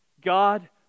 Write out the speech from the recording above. God